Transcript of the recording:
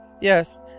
Yes